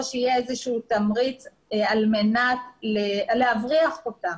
או שיהיה איזשהו תמריץ על מנת להבריח אותם